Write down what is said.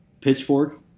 pitchfork